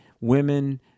women